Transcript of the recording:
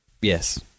Yes